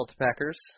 Packers